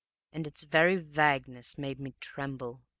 and its very vagueness made me tremble.